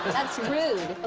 that's rude,